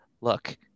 look